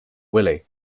willy